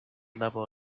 level